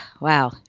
Wow